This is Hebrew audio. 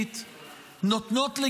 השר בוסו